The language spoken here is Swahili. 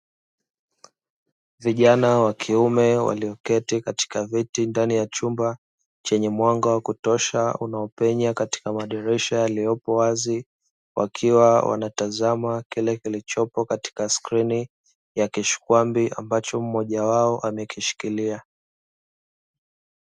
Vijana wa kiume walioketi katika viti ndani ya chumba chenye mwanga wa kutosha unaopenya katika madirisha yaliyopo wazi, wakiwa wanatazama kile kilichopo kwenye sklini ya kishikwambi ambacho mmoja wao amekishikiria.